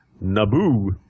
Nabu